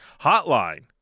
hotline